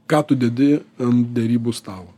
ką tu dedi ant derybų stalo